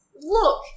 Look